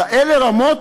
כאלה רמות,